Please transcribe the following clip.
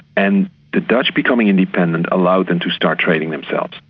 and the dutch becoming independent allowed them to start trading themselves.